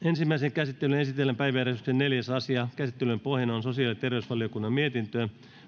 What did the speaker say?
ensimmäiseen käsittelyyn esitellään päiväjärjestyksen neljäs asia käsittelyn pohjana on sosiaali ja terveysvaliokunnan mietintö